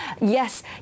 yes